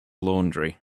laundry